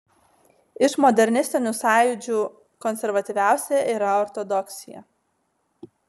iš modernistinių sąjūdžių konservatyviausia yra ortodoksija